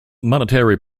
monetary